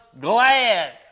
glad